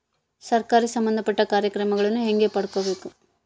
ಸರಕಾರಿ ಸಂಬಂಧಪಟ್ಟ ಕಾರ್ಯಕ್ರಮಗಳನ್ನು ಹೆಂಗ ಪಡ್ಕೊಬೇಕು?